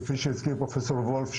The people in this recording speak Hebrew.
כפי שהזכיר פרופסור וולף,